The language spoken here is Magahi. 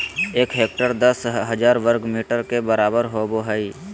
एक हेक्टेयर दस हजार वर्ग मीटर के बराबर होबो हइ